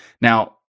Now